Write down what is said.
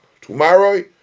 Tomorrow